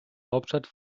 hauptstadt